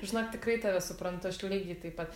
žinok tikrai tave suprantu aš lygiai taip pat